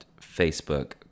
Facebook